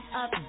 up